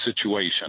situation